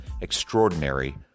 extraordinary